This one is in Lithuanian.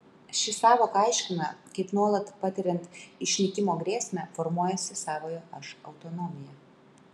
ši sąvoka aiškina kaip nuolat patiriant išnykimo grėsmę formuojasi savojo aš autonomija